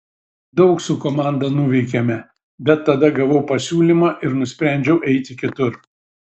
daug su komanda nuveikėme bet tada gavau pasiūlymą ir nusprendžiau eiti kitur